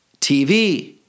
TV